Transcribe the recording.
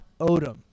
Odom